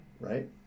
right